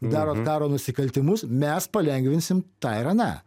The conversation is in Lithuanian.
daro karo nusikaltimus mes palengvinsim tą ir aną